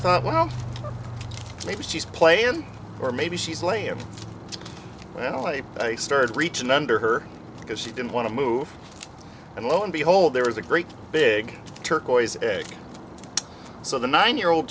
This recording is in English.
thought well maybe she's playing and or maybe she's laying well i i started reaching under her because she didn't want to move and lo and behold there was a great big turquoise so the nine year old